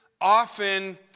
often